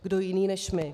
Kdo jiný než my.